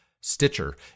Stitcher